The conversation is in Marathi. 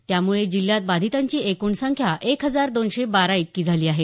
त्यामुळे जिल्ह्यात बाधितांची एकूण संख्या एक हजार दोनशे बारा इतकी झाली आहे